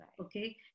okay